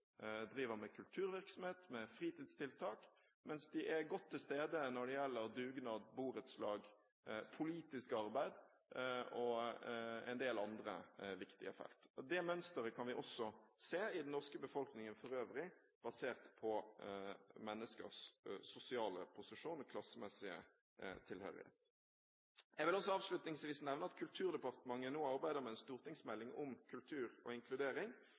driver med kulturvirksomhet og fritidstiltak, mens de er godt til stede når det gjelder dugnad, borettslag, politisk arbeid og en del andre viktige felt. Det mønsteret kan vi også se i den norske befolkningen for øvrig, basert på menneskers sosiale posisjon og klassemessige tilhørighet. Jeg vil avslutningsvis nevne at Kulturdepartementet nå arbeider med en stortingsmelding om kultur og inkludering.